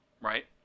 right